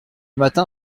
matin